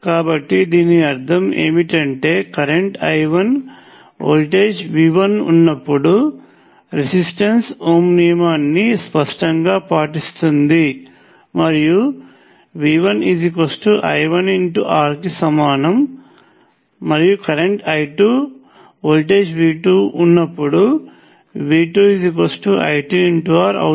కాబట్టి దీని అర్ధం ఏమిటంటే కరెంట్ I1 వోల్టేజ్ V1 ఉన్నపుడు రెసిస్టెన్స్ ఓమ్స్ నియమాన్ని స్పష్టంగా పాటిస్తుంది మరియు V1 I1R కి సమానం మరియు current I2 voltage V2 V 2 I2R అవుతుంది